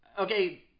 Okay